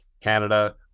Canada